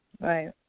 Right